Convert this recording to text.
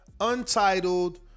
Untitled